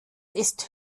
ist